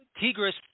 Tigris